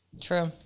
True